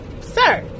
sir